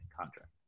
contract